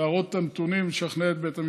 להראות את הנתונים ולשכנע את בית המשפט.